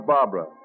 Barbara